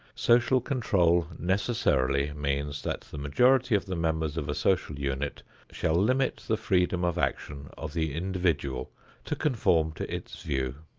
social control necessarily means that the majority of the members of a social unit shall limit the freedom of action of the individual to conform to its view.